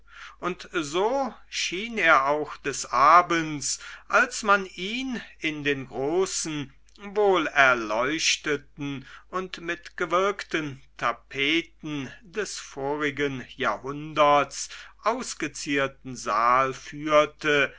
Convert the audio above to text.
und so schien er auch des abends als man ihn in den großen wohlerleuchteten und mit gewirkten tapeten des vorigen jahrhunderts ausgezierten saal führte